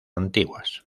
antiguas